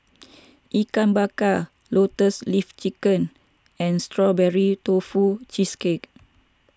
Ikan Bakar Lotus Leaf Chicken and Strawberry Tofu Cheesecake